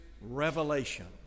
revelation